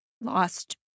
lost